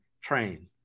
train